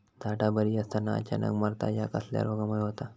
झाडा बरी असताना अचानक मरता हया कसल्या रोगामुळे होता?